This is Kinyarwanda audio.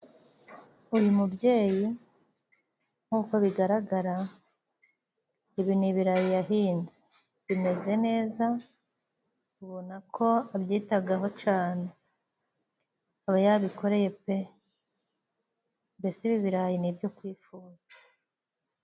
Uyu mubyeyi nk'uko bigaragara ibi ni ibirayi yahinze, bimeze neza ubona ko abyitagaho cane, aba yabikoreye pe! Mbese ibi birayi ni byo kwifuza.